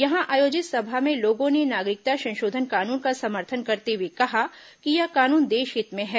यहां आयोजित सभा में लोगों ने नागरिकता संशोधन कानून का समर्थन करते हुए कहा कि यह कानून देश हित में है